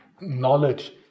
knowledge